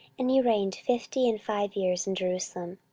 and he reigned fifty and five years in jerusalem